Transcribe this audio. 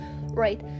right